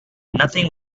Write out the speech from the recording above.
nothing